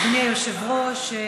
אדוני היושב-ראש,